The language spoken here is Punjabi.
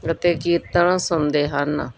ਅਤੇ ਕੀਰਤਨ ਸੁਣਦੇ ਹਨ